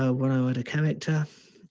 ah when i write a character,